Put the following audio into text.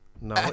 No